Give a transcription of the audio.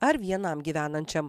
ar vienam gyvenančiam